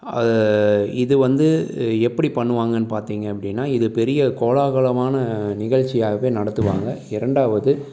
இது வந்து எப்படி பண்ணுவாங்கன்னு பார்த்திங்க அப்படின்னா இது பெரிய கோலாகலமான நிகழ்ச்சியாகவே நடத்துவாங்கள் இரண்டாவது